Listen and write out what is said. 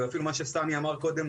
ואפילו מה שסמי אמר קודם